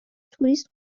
توریست